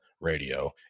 Radio